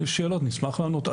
אם יש שאלות, נשמח לענות.